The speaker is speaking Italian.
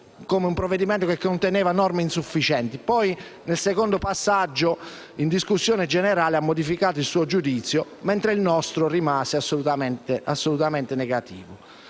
come un provvedimento che conteneva norme insufficienti; poi, qualche giorno fa, al secondo passaggio, in discussione generale, ha modificato il suo giudizio, mentre il nostro rimane assolutamente negativo.